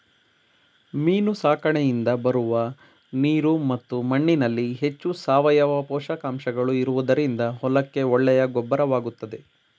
ಮೀನು ಸಾಕಣೆಯಿಂದ ಬರುವ ನೀರು ಮತ್ತು ಮಣ್ಣಿನಲ್ಲಿ ಹೆಚ್ಚು ಸಾವಯವ ಪೋಷಕಾಂಶಗಳು ಇರುವುದರಿಂದ ಹೊಲಕ್ಕೆ ಒಳ್ಳೆಯ ಗೊಬ್ಬರವಾಗುತ್ತದೆ